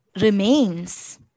remains